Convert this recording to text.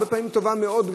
הרבה פעמים גם טובה מאוד.